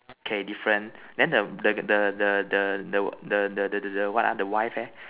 okay different then the the the the the the the the the what ah the wife eh